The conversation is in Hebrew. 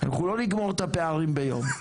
אנחנו לא נגמור את הפערים ביום,